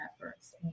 efforts